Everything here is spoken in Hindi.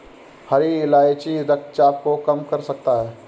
हरी इलायची रक्तचाप को कम कर सकता है